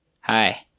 Hi